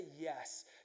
yes